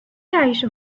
تعيش